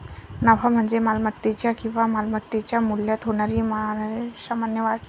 नफा म्हणजे मालमत्तेच्या किंवा मालमत्तेच्या मूल्यात होणारी सामान्य वाढ